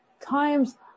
Times